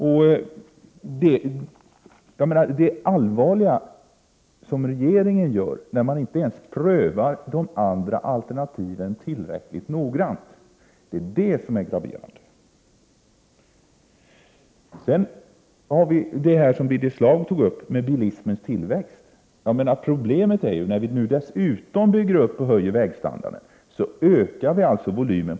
Det är mycket allvarligt att regeringen inte ens prövat de andra alternativen tillräckligt noggrant. Det är det som är graverande. Sedan har vi det förhållandet som Birger Schlaug tog upp, nämligen problemet med bilismens tillväxt. När vi bygger ut och höjer vägens standard ökar trafikvolymen.